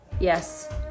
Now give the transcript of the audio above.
Yes